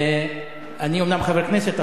אני אומנם חבר כנסת,